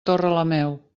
torrelameu